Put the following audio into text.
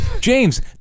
James